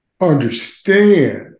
understand